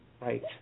Right